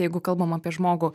jeigu kalbam apie žmogų